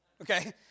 Okay